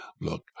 look